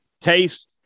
taste